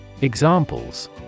Examples